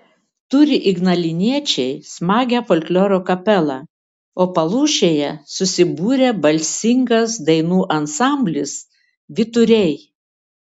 turi ignaliniečiai smagią folkloro kapelą o palūšėje susibūrė balsingas dainų ansamblis vyturiai